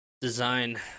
design